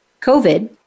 COVID